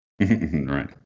Right